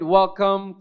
welcome